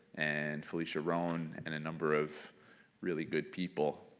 and felicia rone, and a number of really good people.